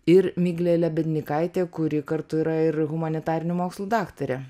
ir miglė lebednykaitė kuri kartu yra ir humanitarinių mokslų daktarė